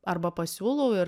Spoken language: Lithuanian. arba pasiūlau ir